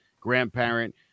grandparent